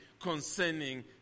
concerning